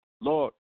Lord